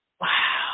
Wow